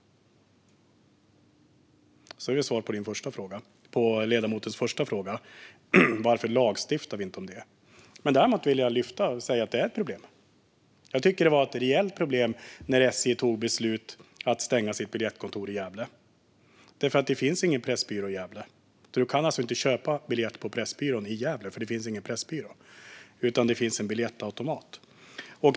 Det är alltså svaret på ledamotens första fråga om varför vi inte lagstiftar om detta. Jag vill dock lyfta detta och säga att det är ett problem. Jag tyckte att det var ett rejält problem när SJ beslutade att stänga sitt biljettkontor i Gävle. Det finns nämligen ingen pressbyrå i Gävle, så du kan inte köpa biljett på Pressbyrån där. I stället finns det en biljettautomat.